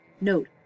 Note